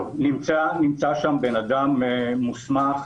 נמצא שם בן אדם מוסמך,